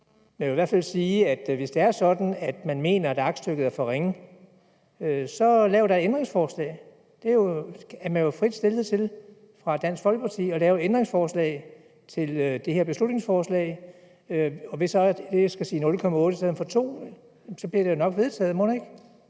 Jeg vil i hvert fald sige, at hvis det er sådan, at man mener, at aktstykket er for ringe, så stil da et ændringsforslag. Det er man jo frit stillet til fra Dansk Folkepartis side, altså at stille et ændringsforslag til det her beslutningsforslag. Hvis man så skal sige 0,8 i stedet for 0,2, bliver det jo nok vedtaget, mon ikke?